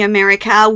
America